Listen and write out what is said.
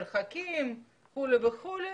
מרחקים וכולי.